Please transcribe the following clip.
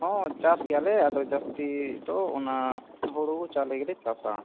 ᱦᱚᱸ ᱪᱟᱥ ᱜᱮᱭᱟᱞᱮ ᱟᱫᱚ ᱡᱟᱹᱥᱛᱤ ᱫᱚ ᱚᱱᱟ ᱦᱩᱲᱩ ᱪᱟᱣᱞᱮ ᱜᱮᱞᱮ ᱪᱟᱥᱟ